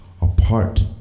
apart